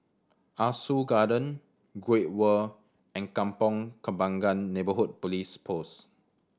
Ah Soo Garden Great World and Kampong Kembangan Neighbourhood Police Post